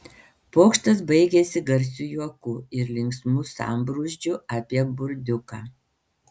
pokštas baigėsi garsiu juoku ir linksmu sambrūzdžiu apie burdiuką